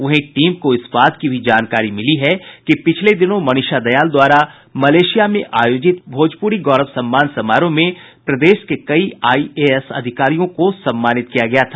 वहीं टीम को इस बात की भी जानकारी मिली है कि पिछले दिनों मनीषा दयाल द्वारा मलेशिया में आयोजित भोजपुरी गौरव सम्मान समारोह में प्रदेश के कई आईएएस अधिकारियों को सम्मानित किया गया था